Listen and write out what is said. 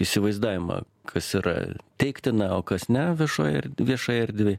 įsivaizdavimą kas yra teiktina o kas ne viešoj er viešai erdvei